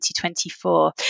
2024